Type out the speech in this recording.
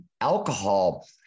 alcohol